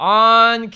on